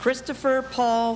christopher paul